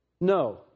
No